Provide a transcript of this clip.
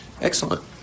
Excellent